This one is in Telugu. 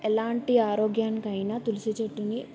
ఎలాంటి ఆరోగ్యానికైనా తులసి చెట్టుని